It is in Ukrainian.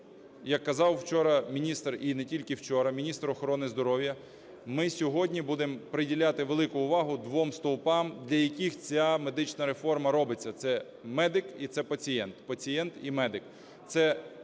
як казав вчора міністр, і не тільки вчора, міністр охорони здоров'я, ми сьогодні будемо приділяти велику увагу двом стовпам, для яких ця медична реформа робиться. Це медик і це пацієнт, пацієнт і медик